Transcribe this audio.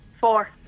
Four